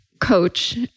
coach